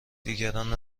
دیگران